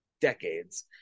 decades